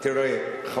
אני אומר לך.